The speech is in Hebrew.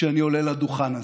כשאני עולה לדוכן הזה.